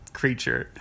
creature